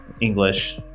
English